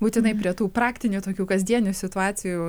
būtinai prie tų praktinių tokių kasdienių situacijų